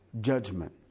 judgment